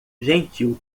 gentil